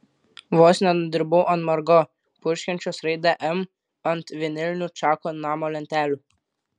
vos nenudribau ant margo purškiančios raidę m ant vinilinių čako namo lentelių